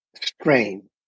strain